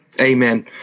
amen